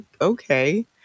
okay